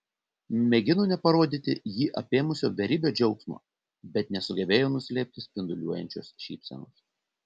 mėgino neparodyti jį apėmusio beribio džiaugsmo bet nesugebėjo nuslėpti spinduliuojančios šypsenos